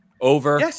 over